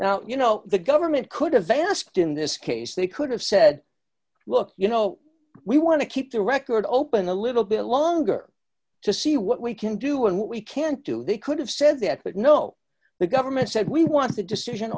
well you know the government could have asked in this case they could have said look you know we want to keep the record open a little bit longer to see what we can do and what we can't do they could have said that but no the government said we want the decision